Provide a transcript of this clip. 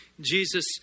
Jesus